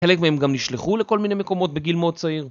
חלק מהם גם נשלחו לכל מיני מקומות בגיל מאוד צעיר